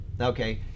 okay